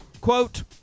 Quote